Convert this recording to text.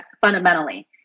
fundamentally